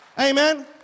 Amen